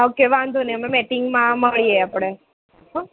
okay વાંધો નહીં અમે મિટિંગમાં મળીએ આપણે હોં